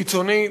קיצוני,